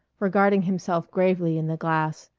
regarding himself gravely in the glass.